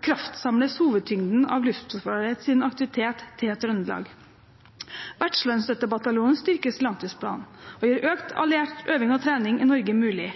kraftsamles hovedtyngden av Luftforsvarets aktivitet i Trøndelag. Vertslandsstøttebataljonen styrkes i langtidsplanen og gjør økt alliert øving og trening i Norge mulig.